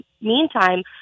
meantime